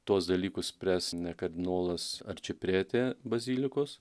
tuos dalykus spręs ne kardinolas ar čipretė bazilikos